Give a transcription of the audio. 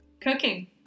cooking